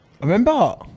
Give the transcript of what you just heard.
Remember